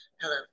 Hello